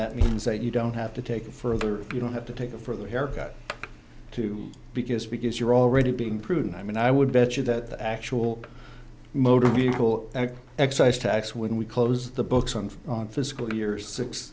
that means that you don't have to take it further you don't have to take a further haircut too because because you're already being prudent i mean i would bet you that the actual motor vehicle excise tax when we close the books on on fiscal year six